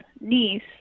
niece